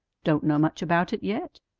don't know much about it yet.